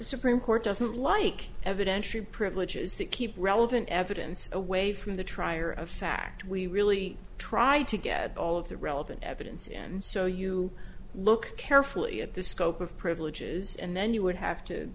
supreme court doesn't like evidentiary privileges that keep relevant evidence away from the trier of fact we really tried to get all of the relevant evidence and so you look carefully at the scope of privileges and then you would have to